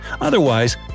Otherwise